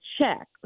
check